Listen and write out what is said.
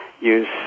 use